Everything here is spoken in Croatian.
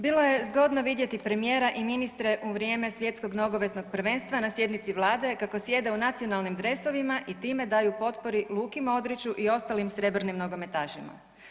Bilo je zgodno vidjeti premijera i ministre u vrijeme Svjetskog nogometnog prvenstva na sjednici Vlade kako sjede u nacionalnim dresovima i time daju potporu Luki Modriću i ostalim srebrnim nogometašima.